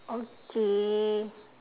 okay